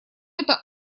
это